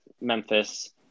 Memphis